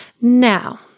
Now